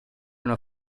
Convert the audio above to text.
una